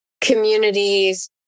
communities